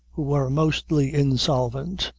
who were mostly insolvent,